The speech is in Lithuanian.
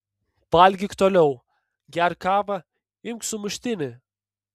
valgyk toliau gerk kavą imk sumuštinį